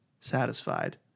satisfied